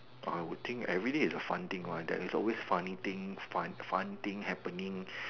I would think everyday there is a fun thing one there is always funny things fun fun things happening